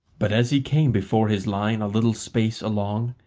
but as he came before his line a little space along,